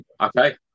Okay